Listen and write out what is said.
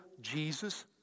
Jesus